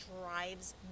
drives